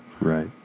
Right